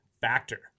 Factor